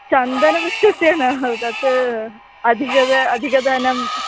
चन्दनवृक्षस्य न् तत् अधिकधनम् अधिकधनम्